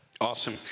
Awesome